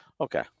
Okay